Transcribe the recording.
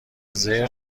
زرت